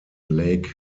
lake